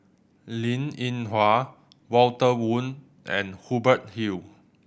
Linn In Hua Walter Woon and Hubert Hill